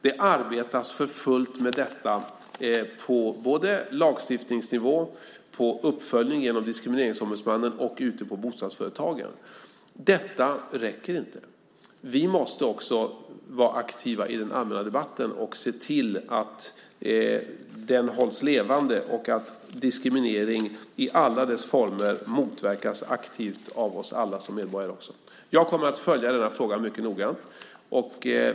Det arbetas för fullt med detta på lagstiftningsnivå, vad gäller uppföljning genom Diskrimineringsombudsmannen och ute på bostadsföretagen. Detta räcker inte. Vi måste också vara aktiva i den allmänna debatten och se till att den hålls levande och att diskriminering i alla dess former aktivt motverkas av oss alla, som medborgare. Jag kommer att följa denna fråga mycket noggrant.